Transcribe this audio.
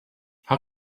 how